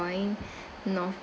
north